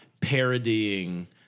parodying